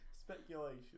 Speculation